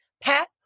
Pat